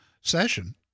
session